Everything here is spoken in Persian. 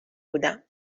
بودم